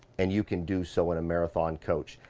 and you can do so in a marathon coach.